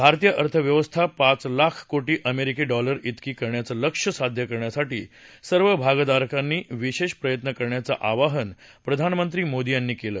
भारताची अर्थव्यवस्था पाच लाख कोटी अमेरिकी डॉलरइतकी करण्याचं लक्ष्य साध्य करण्यासाठी सर्व भागधारकांनी विशेष प्रयत्न करण्याचं आवाहन प्रधानमंत्री मोदी यांनी केलं